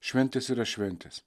šventės yra šventės